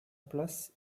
place